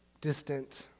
distant